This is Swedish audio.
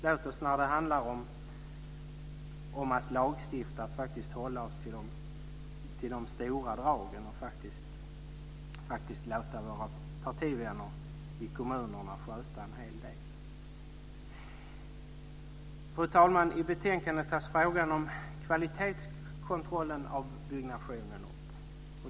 Låt oss när det gäller att lagstifta hålla oss till de stora dragen och låta våra partivänner i kommunerna sköta en hel del. Fru talman! I betänkandet tas frågan om kvalitetskontrollen av byggnationen upp.